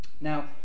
Now